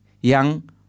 Yang